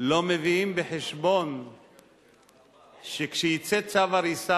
לא מביאים בחשבון שכשיצא צו הריסה,